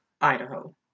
Idaho